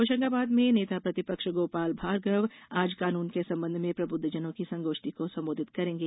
होशंगाबाद में नेता प्रतिपक्ष गोपाल भार्गव आज कानून के संबंध में प्रबुद्ध जनों की संगोष्ठी को संबोधित करेंगे